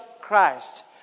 Christ